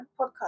podcast